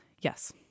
Yes